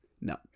No